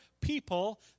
people